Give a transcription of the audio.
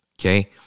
Okay